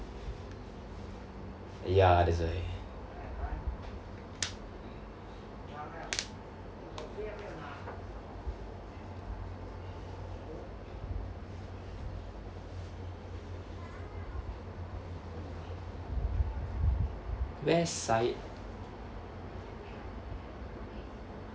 ya that's why west side